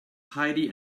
heidi